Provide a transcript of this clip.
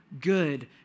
good